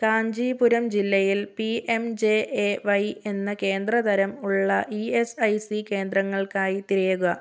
കാഞ്ചീപുരം ജില്ലയിൽ P M J A Y എന്ന കേന്ദ്രതരം ഉള്ള ഇ എസ് ഐ സി കേന്ദ്രങ്ങൾക്കായി തിരയുക